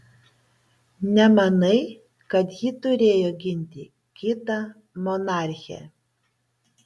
nemanai kad ji turėjo ginti kitą monarchę